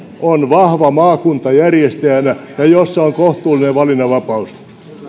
on vahva maakunta järjestäjänä ja jossa on kohtuullinen valinnanvapaus